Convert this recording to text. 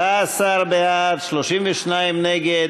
17 בעד, 32 נגד,